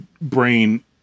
brain